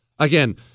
Again